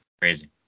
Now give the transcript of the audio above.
Crazy